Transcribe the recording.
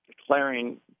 declaring